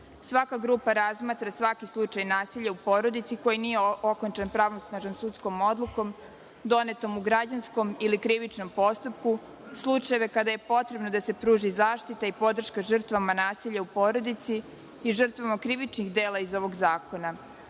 Svaka grupa razmatra svaki slučaj nasilja u porodici koji nije okončan pravnosnažnom sudskom odlukom donetom u građanskom ili krivičnom postupku, slučajeve kada je potrebno da se pruži zaštita i podrška žrtvama nasilja u porodici i žrtvama krivičnih dela iz ovog zakona,